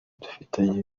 dufitanye